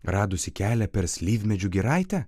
radusi kelią per slyvmedžių giraitę